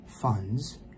funds